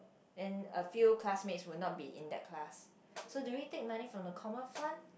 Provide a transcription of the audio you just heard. and a few classmates would not be in that class so do we take money from the common fund